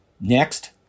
Next